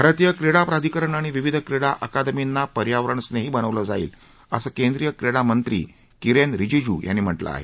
भारतीय क्रीडा प्राधिकरण आणि विविध क्रीडा अकादमींना पर्यावरणस्नेही बनवलं जाईल असं केंद्रीय क्रीडा मंत्री किरेन रिजिजू यांनी म्हटलं आहे